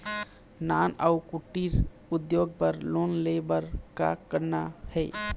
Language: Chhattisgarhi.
नान अउ कुटीर उद्योग बर लोन ले बर का करना हे?